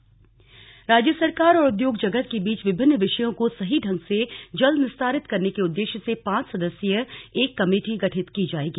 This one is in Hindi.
आमंत्रण राज्य सरकार और उद्योग जगत के बीच विभिन्न विषयों को सही ढंग से जल्द निस्तारित करने के उद्देश्य से पांच सदस्यीय एक कमेटी गठित की जाएगी